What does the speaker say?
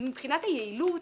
מבחינת היעילות,